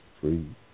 free